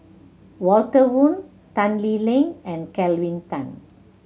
Walter Woon Tan Lee Leng and Kelvin Tan